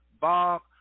Bob